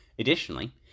Additionally